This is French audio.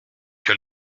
que